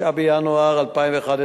זבולון אורלב,